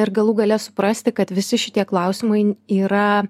ir galų gale suprasti kad visi šitie klausimai yra